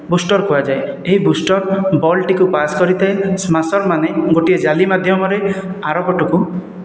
booster କୁହାଯାଏ ଏହି booster ball ଟିକୁ ପାସ୍ କରିଥାଏ ସ୍ମାସର ମାନେ ଗୋଟିଏ ଜାଲି ମାଧ୍ୟମରେ ଆର ପଟକୁ